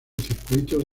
circuitos